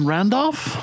Randolph